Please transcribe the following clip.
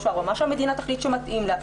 או ארבע מה שהמדינה תחליט שמתאים לה,